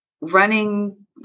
running